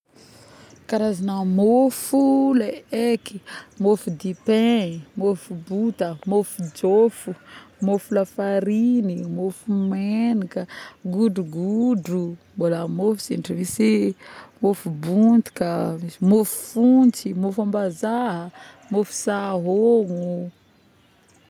Karazagny môfo le haiky môfo dipain, môfo bota, môfo jôfo ,môfo lafarigny, môfo megnaka, godrogodro mbol môfo ze satryy ,môfo bontka ,môfo ambazaha môfo saôgno